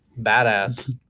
Badass